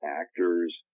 actors